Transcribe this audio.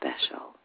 Special